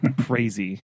crazy